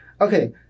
Okay